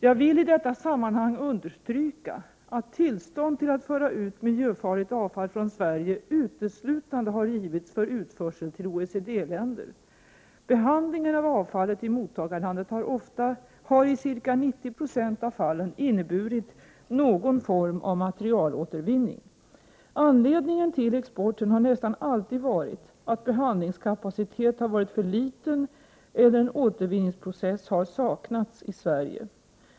Jag vill i detta sammanhang understryka att tillstånd till att föra ut miljöfarligt avfall från Sverige uteslutande har givits för utförsel till OECD länder. Behandlingen av avfallet i mottagarlandet har i ca 90 96 av fallen inneburit någon form av materialåtervinning. Anledningen till exporten har nästan alltid varit att behandlingskapaciteten har varit för liten eller en återvinningsprocess har saknats i Sverige.